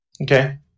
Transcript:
Okay